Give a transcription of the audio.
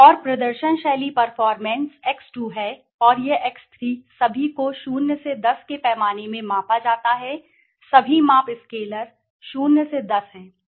और प्रदर्शन शैली परफॉरमेंस X2 है और यह X3 सभी को 0 से 10 के पैमाने में मापा जाता है सभी माप स्केलर 0 से 10 है